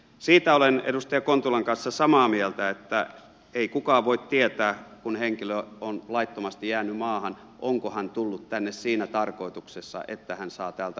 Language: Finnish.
siitä olen edustaja kontulan kanssa samaa mieltä että ei kukaan voi tietää kun henkilö on laittomasti jäänyt maahan onko hän tullut tänne siinä tarkoituksessa että hän saa täältä hoitoa